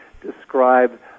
describe